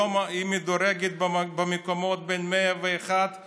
היום היא מדורגת במקומות בין 101 ל-150.